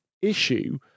issue